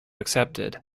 accepted